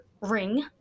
ring